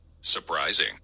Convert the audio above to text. Surprising